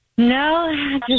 No